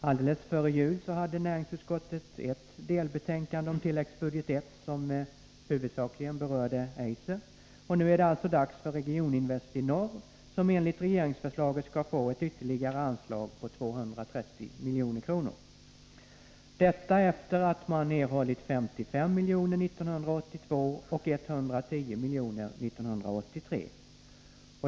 Alldeles före jul hade näringsutskottet ett delbetänkande om tilläggsbudget I som huvudsakligen berörde Eiser, och nu är det alltså dags för Regioninvest i Norr AB, som enligt regeringsförslaget skall få ett ytterligare anslag på 230 milj.kr. — detta efter det att man erhållit 55 miljoner 1982 och 110 miljoner 1983.